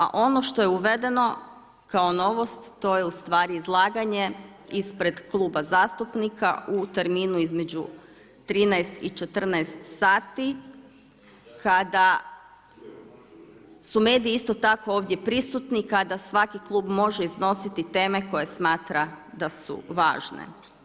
A ono što je uvedeno kao novost to je izlaganje ispred kluba zastupnika u terminu između 13,00 i 14,00 sati kada su mediji isto tako ovdje prisutni i kada svaki klub može iznositi teme koje smatra da su važne.